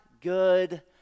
good